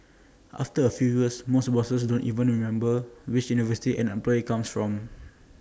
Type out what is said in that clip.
after A few years most bosses don't even remember which university an employee comes from